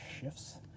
shifts